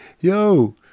Yo